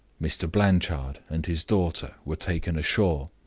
mr. blanchard and his daughter were taken ashore,